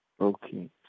Okay